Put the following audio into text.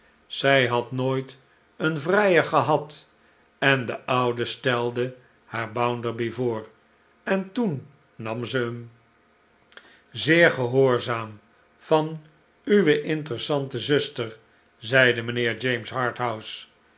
zij had nooit eon vrijer gehad en de oude stelde haar bounderby voor en toen nam zij hem zeer gehoorzaam van uwe interessante zuster zeide mijnheer james harthouse